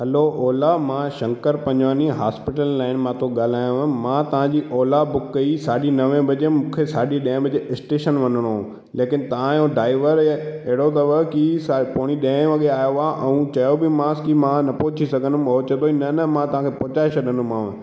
hello Ola मां Shankar Panjwani hospital line मां थो ॻाल्हायांव मां तव्हांजी ओला बुक कई साढी नवें बजे मूंखे साढी ॾहें बजे स्टेशन वञिणो हो लेकिन तव्हां जो ड्राइवर अहिड़ो अथव की पोणी ॾहें वॻे आयो आहे ऐं चयो बि मांसि कि मां न पहुची सघंदमि हो चए पई न न मां तव्हांखे पहुचाए छॾींदमि मांव